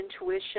intuition